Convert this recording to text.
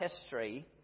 history